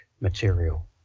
material